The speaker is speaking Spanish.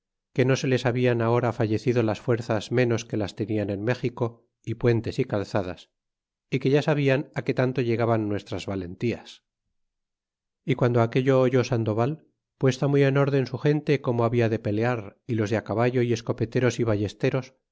que no se les hablan ahora fallecido las fuerzas ménos que las tenían en méxico y puentes y calzadas é que ya saldan a que tanto llegaban nuestras valentías y guando aquel'o oyó sandoval puesta muy en arden su gente como habla de pelear y los de a caballo y escopeteros y vallesteros